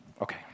Okay